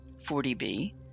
40b